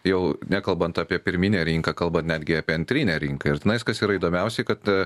jau nekalbant apie pirminę rinką kalba netgi apie antrinę rinką ir tenais kas yra įdomiausiai kad